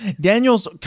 Daniel's